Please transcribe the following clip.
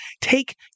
take